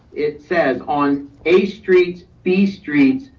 it says on a street, b streets,